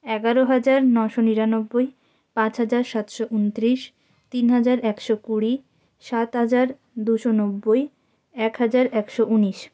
এগারো হাজার নশো নিরানব্বই পাঁচ হাজার সাতশো উনত্রিশ তিন হাজার একশো কুড়ি সাত হাজার দুশো নব্বই এক হাজার একশো উনিশ